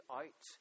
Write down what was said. out